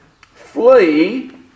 Flee